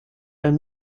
ein